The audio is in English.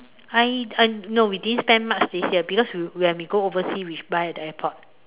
I I no we didn't spend much this year because when when we go overseas we buy at the airport